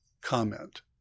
comment